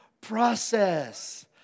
process